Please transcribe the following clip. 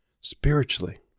spiritually